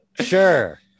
Sure